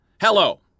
Hello